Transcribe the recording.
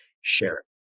share